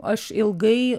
aš ilgai